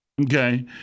Okay